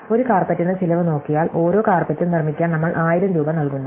ഒരു കാര്പെറ്റിനു ചിലവ് നോക്കിയാൽ ഓരോ കാര്പെറ്റും നിർമ്മിക്കാൻ നമ്മൾ 1000 രൂപ നൽകുന്നു